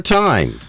time